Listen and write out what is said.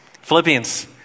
Philippians